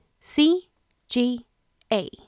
C-G-A